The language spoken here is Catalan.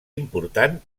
important